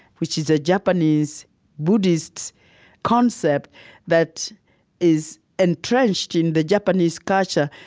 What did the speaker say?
which is a japanese buddhist concept that is entrenched in the japanese culture,